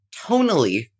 tonally